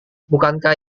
bukankah